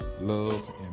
love